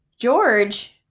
George